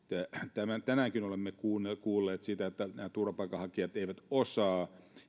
tänäänkin olemme kuulleet kuulleet sitä että nämä turvapaikanhakijat eivät osaa